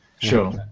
Sure